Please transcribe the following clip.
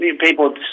people